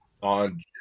on